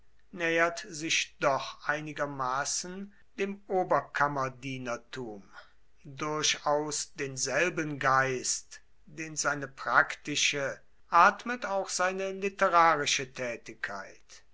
nähert sich doch einigermaßen dem oberkammerdienertum durchaus denselben geist den seine praktische atmet auch seine literarische tätigkeit